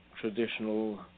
traditional